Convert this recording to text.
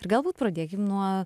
ir galbūt pradėkim nuo